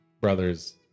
brothers